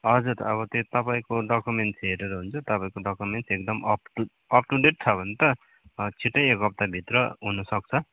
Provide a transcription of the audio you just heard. हजुर अब त्यो तपाईँको डकुमेन्ट्स हेरेर हुन्छ तपाईँको डकुमेन्ट्स एकदम अपटु अपटुडेट छ भने त छिट्टै एक हप्ताभित्र हुनु सक्छ